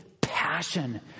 passion